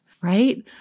right